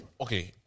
Okay